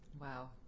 Wow